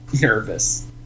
nervous